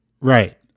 Right